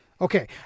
Okay